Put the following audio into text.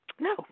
No